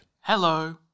Hello